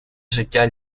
життя